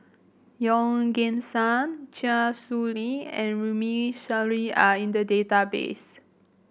Yeoh Ghim Seng Chia Shi Lu and Runme Shaw are in the database